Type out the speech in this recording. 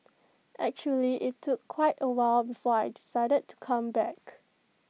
actually IT took quite A while before I decided to come back